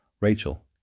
Rachel